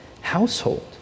household